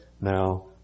now